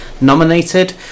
nominated